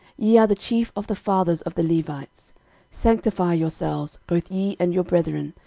ye are the chief of the fathers of the levites sanctify yourselves, both ye and your brethren,